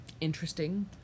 interesting